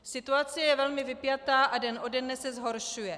Situace je velmi vypjatá a den ode dne se zhoršuje.